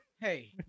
hey